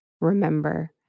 remember